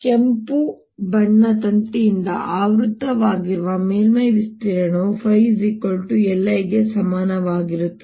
ಕೆಂಪು ಬಣ್ಣ ತಂತಿಯಿಂದ ಆವೃತವಾಗಿರುವ ಮೇಲ್ಮೈ ವಿಸ್ತೀರ್ಣವು ϕLI ಗೆ ಸಮನಾಗಿರುತ್ತದೆ